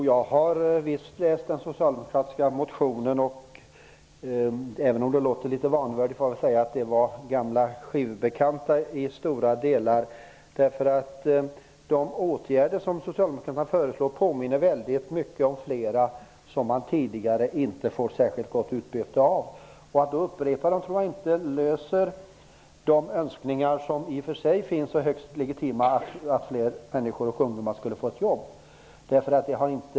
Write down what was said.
Herr talman! Jo, visst har jag läst den socialdemokratiska motionen. Även om det låter litet vanvördigt får jag säga att det till stora delar var gamla skivbekanta. De åtgärder som socialdemokraterna föreslår påminner ju mycket om flera tidigare åtgärder som inte har gett särskilt stort utbyte. Att upprepa dem tror jag inte löser de önskningar som i och för sig är högst legitima, att fler ungdomar skall få jobb.